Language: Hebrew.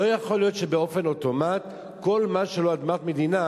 לא יכול להיות שבאופן אוטומטי כל מה שהוא לא אדמת מדינה,